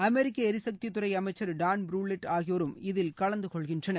அமெரிக்க எரிசக்தித் துறை அமைச்சர் டான் ப்ருலெட் ஆகியோரும் இதில் கலந்து கொள்கின்றனர்